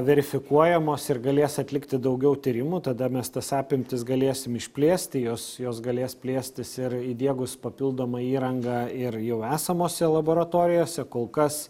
verifikuojamos ir galės atlikti daugiau tyrimų tada mes tas apimtis galėsim išplėsti jos jos galės plėstis ir įdiegus papildomą įrangą ir jau esamose laboratorijose kol kas